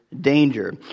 danger